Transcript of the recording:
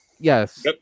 Yes